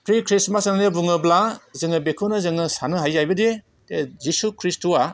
pre ख्रिस्टमास होननानै बुङोब्ला जोङो बेखौनो जोङो साननो हायो जाहैबायदि जिसु ख्रिस्थ'आ